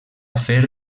fer